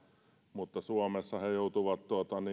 mutta suomessa he joutuvat